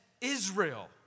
Israel